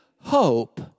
hope